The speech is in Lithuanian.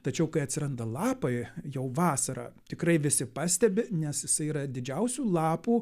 tačiau kai atsiranda lapai jau vasarą tikrai visi pastebi nes jisai yra didžiausių lapų